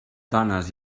dones